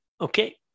Okay